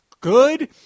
good